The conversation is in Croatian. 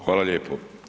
Hvala lijepo.